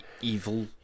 evil